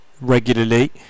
regularly